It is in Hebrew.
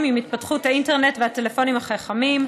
עם התפתחות האינטרנט והטלפונים החכמים,